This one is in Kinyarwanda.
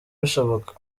bishoboka